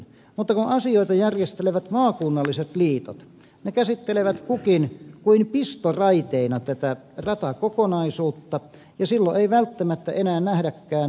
mutta kun asioita järjestelevät maakunnalliset liitot ne käsittelevät kukin kuin pistoraiteina tätä ratakokonaisuutta ja silloin ei välttämättä enää nähdäkään vaihtoyhteyksien merkitystä